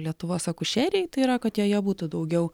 lietuvos akušerijai tai yra kad joje būtų daugiau